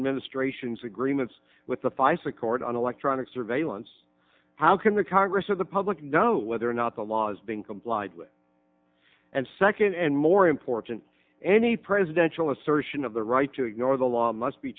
administration's agreements with the feis accord on electronic surveillance how can the congress or the public know whether or not the laws being complied with and second and more important any presidential assertion of the right to ignore the law must be